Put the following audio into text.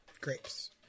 grapes